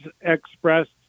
expressed